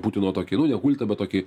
putino tokį nu ne kultą bet tokį